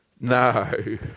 No